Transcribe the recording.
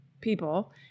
people